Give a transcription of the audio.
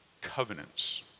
covenants